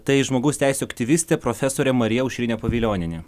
tai žmogaus teisių aktyvistė profesorė marija aušrinė pavilionienė